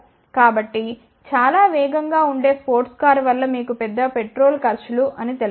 కాబట్టి చాలా వేగంగా ఉండే స్పోర్ట్స్ కారు వల్ల మీకు పెద్ద పెట్రోల్ ఖర్చులు అని తెలుసు